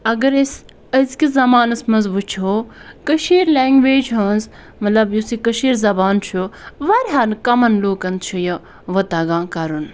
اگر أسۍ أزۍکِس زَمانَس مَنٛز وٕچھو کٔشیٖرِ لینٛگویج ہٕنٛز مَطلَب یُس یہِ کٔشیٖر زَبان چھُ واریاہَن کَمَن لوٗکَن چھُ یہِ وۄنۍ تَگان کَرُن